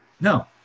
No